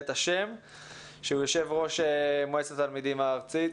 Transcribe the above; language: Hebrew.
יושב-ראש מועצת התלמידים והארצית,